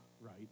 right